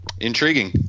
Intriguing